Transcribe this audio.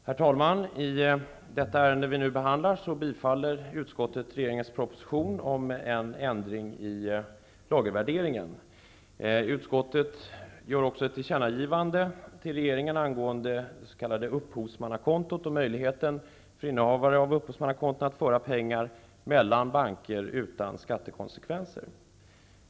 Herr talman! I det ärende vi nu behandlar tillstyrker utskottet regeringens proposition om en ändring av reglerna för lagervärdering. Utskottet vill också göra ett tillkännagivande till regeringen angående det s.k. upphovsmannakontot och möjligheten för innehavare av sådant konto att överföra pengar mellan banker utan skattekonsekvenser.